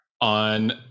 on